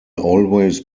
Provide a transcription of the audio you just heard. always